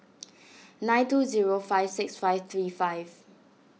nine two zero five six five three five